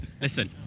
listen